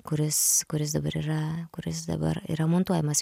kuris kuris dabar yra kuris dabar yra montuojamas